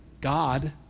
God